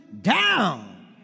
down